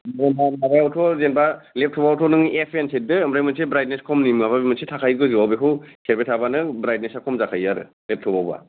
बेना माबायावथ' जेनबा लेपटपआवथ' नों एपएन सेरदो मोनसे ब्राइथनेस खमनि माबा मोनसे थाखायो गोजौवाव बेखौ सेरबायथाबानो ब्राइथनेसा खम जाखायो आरो लेपटपआवबा